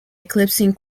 eclipsing